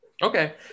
Okay